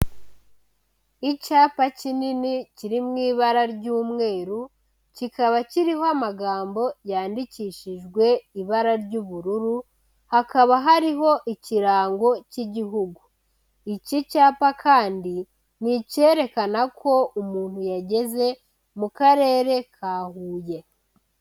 Icyapa kinini kiri mu ibara ry'umweru, kikaba kiriho amagambo yandikishijwe ibara ry'ubururu, hakaba hariho ikirango cy'igihugu, iki cyapa kandi ni icyerekana ko umuntu yageze mu Karere ka Huye.